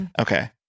Okay